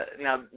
now